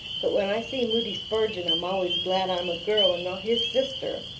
but when i see moody spurgeon i'm always glad i'm a girl and not his sister.